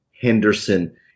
Henderson